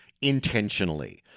intentionally